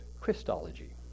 Christology